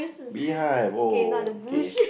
beehive oh okay